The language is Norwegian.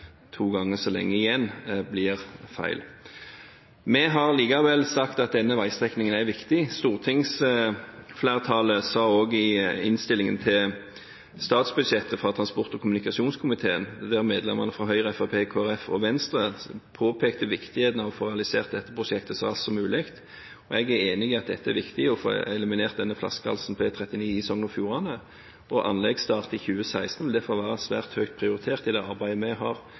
to ganger så lenge igjen – feil. Vi har allikevel sagt at denne veistrekningen er viktig. Flertallet i transport- og kommunikasjonskomiteen – medlemmene fra Høyre, Fremskrittspartiet, Kristelig Folkeparti og Venstre – påpekte også i innstillingen til statsbudsjettet viktigheten av å få realisert dette prosjektet så raskt som mulig. Jeg er enig i at det er viktig å få eliminert denne flaskehalsen på E39 i Sogn og Fjordane. Anleggsstart i 2016 vil derfor være svært høyt prioritert i arbeidet